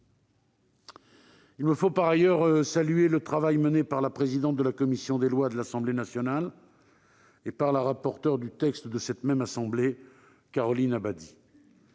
Il me faut par ailleurs saluer le travail mené par la présidente de la commission des lois de l'Assemblée nationale et par sa rapporteure sur ce texte, Caroline Abadie.